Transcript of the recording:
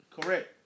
Correct